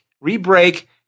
re-break